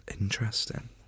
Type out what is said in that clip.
interesting